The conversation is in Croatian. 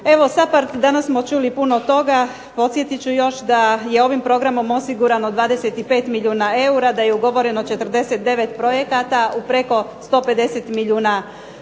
Evo SAPHARD danas smo čuli puno toga, podsjetit ću još da je ovim programom osigurano 25 milijuna eura, da je ugovoreno 49 projekata u preko 150 milijuna